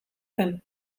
zen